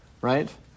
Right